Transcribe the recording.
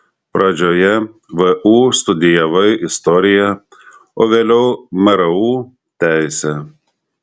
pradžioje vu studijavai istoriją o vėliau mru teisę